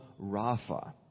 Rapha